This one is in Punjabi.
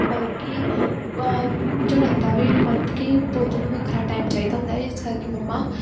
ਮਤਲਬ ਕਿ ਝੜਨ ਦਾ ਵੀ ਮਤਲਬ ਕਿ ਪੌਦੇ ਨੂੰ ਵੱਖਰਾ ਟਾਈਮ ਚਾਹੀਦਾ ਹੁੰਦਾ ਹੈ ਇਸ ਕਰਕੇ ਮੰਮਾ